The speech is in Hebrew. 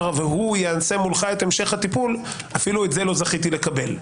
והוא מולך המשך הטיפול אפילו את זה לא זכיתי לקבל.